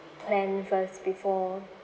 plan first before